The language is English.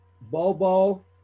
Bobo